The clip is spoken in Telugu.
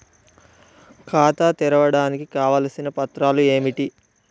ఖాతా తెరవడానికి కావలసిన పత్రాలు ఏమిటి?